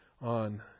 on